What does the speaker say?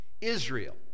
Israel